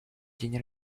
день